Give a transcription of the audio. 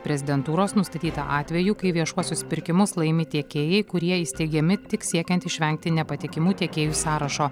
prezidentūros nustatyta atvejų kai viešuosius pirkimus laimi tiekėjai kurie įsteigiami tik siekiant išvengti nepatikimų tiekėjų sąrašo